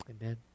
Amen